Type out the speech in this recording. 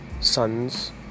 sons